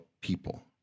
people